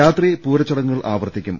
രാത്രി പൂരചടങ്ങുകൾ ആവർത്തിക്കും